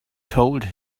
told